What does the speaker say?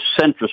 centrist